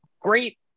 great